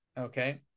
Okay